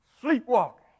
sleepwalking